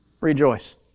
rejoice